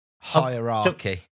Hierarchy